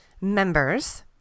members